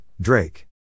Drake